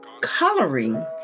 Coloring